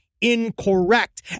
incorrect